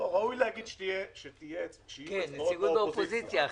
ראוי להגיד שתהיה נציגות של האופוזיציה.